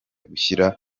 gushyira